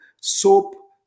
soap